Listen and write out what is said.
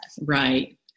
Right